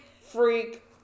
Freak